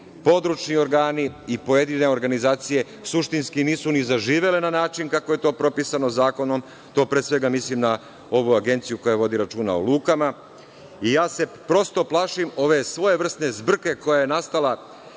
područni organi i pojedine organizacije suštinske nisu ni zaživele na način kako je to propisano zakonom, a to pre svega mislim na ovu agenciju koja vodi računa o lukama. Prosto se plašim ove svojevrsne zbrke koja je nastala